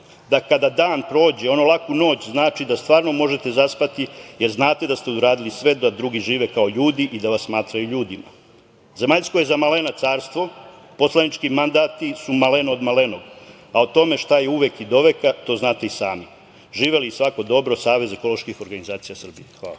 da kada dan prođe ono laku noć znači da stvarno možete zaspati, jer znate da ste uradili sve da drugi žive kao ljudi i da vas smatraju ljudima. Zemaljsko je za malena carstvo, poslanički mandati su maleno od malenog, a o tome šta je uvek i do veka to znate i sami. Živeli i svako dobro. Savez ekoloških organizacija Srbije.“Hvala.